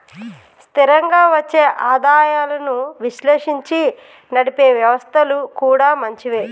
స్థిరంగా వచ్చే ఆదాయాలను విశ్లేషించి నడిపే వ్యవస్థలు కూడా మంచివే